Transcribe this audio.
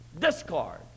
discard